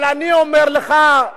אבל אני אומר לך,